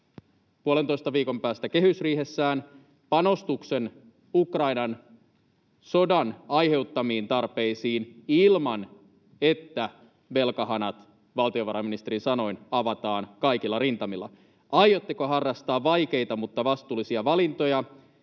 puolentoista viikon päästä kehysriihessään panostuksen Ukrainan sodan aiheuttamiin tarpeisiin ilman, että velkahanat — valtiovarainministerin sanoin — avataan kaikilla rintamilla? Aiotteko harrastaa vaikeita mutta vastuullisia valintoja,